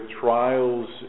trials